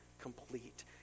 complete